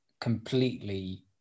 completely